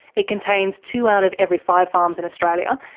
it contains two out of every five farms in australia,